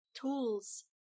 tools